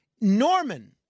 Norman